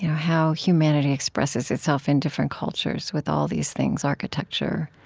how humanity expresses itself in different cultures with all these things architecture,